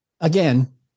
Again